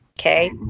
Okay